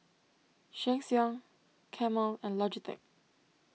Sheng Siong Camel and Logitech